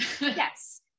yes